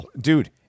Dude